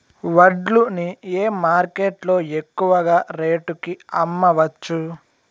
వడ్లు ని ఏ మార్కెట్ లో ఎక్కువగా రేటు కి అమ్మవచ్చు?